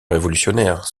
révolutionnaires